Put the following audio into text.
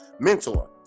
mentor